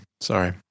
sorry